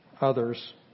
others